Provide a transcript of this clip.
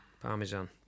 Parmesan